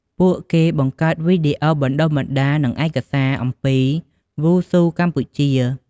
ពួកគេបង្កើតវីដេអូបណ្ដុះបណ្ដាល និងឯកសារអំពីវ៉ូស៊ូកម្ពុជា។